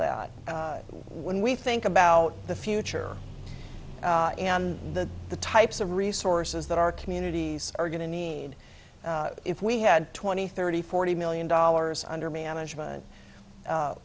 that when we think about the future and the the types of resources that our communities are going to need if we had twenty thirty forty million dollars under management